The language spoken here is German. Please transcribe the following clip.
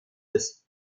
des